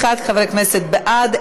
31 חברי כנסת בעד,